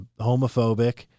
homophobic